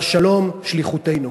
והשלום שליחותנו".